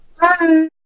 Bye